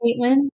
Caitlin